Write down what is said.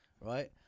right